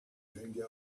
jenga